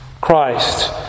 Christ